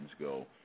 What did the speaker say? go